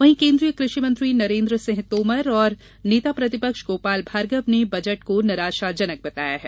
वहीं केन्द्रीय कृषि मंत्री नरेन्द्र सिंह तोमर और नेता प्रतिपक्ष गोपाल भार्गव ने बजट को निराशाजनक बताया है